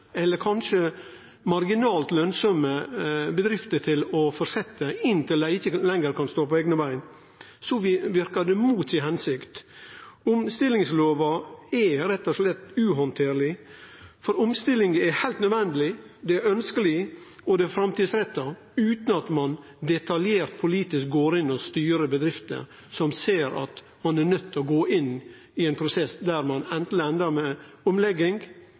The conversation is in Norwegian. eller kanskje marginalt lønsame bedrifter til å halde fram inntil dei ikkje lenger kan stå på eigne bein, verkar det mot si hensikt. Omstillingslova er rett og slett uhandterleg. Omstilling er heilt nødvendig, ønskjeleg og framtidsretta, utan at ein frå politisk hald skal gå inn og i detalj styre bedrifter som ser at ein er nøydt til å gå inn i ein prosess der ein anten ender med omlegging,